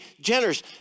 generous